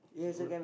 it's good